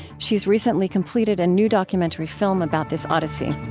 she's recently completed a new documentary film about this odyssey